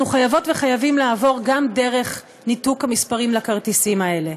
אנחנו חייבות וחייבים לעבור גם דרך ניתוק המספרים לכרטיסים האלה.